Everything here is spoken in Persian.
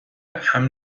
امن